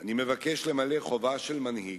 אני מבקש למלא חובה של מנהיג,